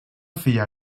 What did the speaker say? filla